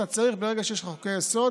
ברגע שיש חוקי-יסוד,